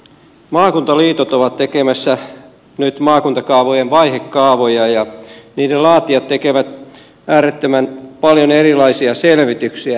maakuntaliitot ovat tekemässä nyt maakuntakaavojen vaihekaavoja ja niiden laatijat tekevät äärettömän paljon erilaisia selvityksiä